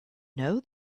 know